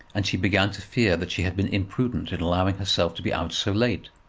and she began to fear that she had been imprudent in allowing herself to be out so late